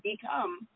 become